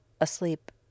asleep